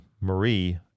Marie